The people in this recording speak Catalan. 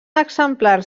exemplars